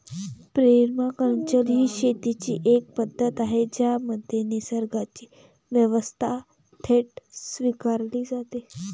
permaculture ही शेतीची एक पद्धत आहे ज्यामध्ये निसर्गाची व्यवस्था थेट स्वीकारली जाते